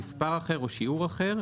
מספר אחר או שיעור אחר,